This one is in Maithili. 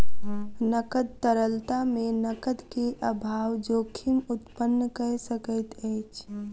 नकद तरलता मे नकद के अभाव जोखिम उत्पन्न कय सकैत अछि